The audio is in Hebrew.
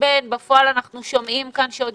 נתחשבן אבל בפועל אנחנו שומעים כאן שעוד